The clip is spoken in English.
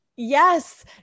Yes